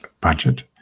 budget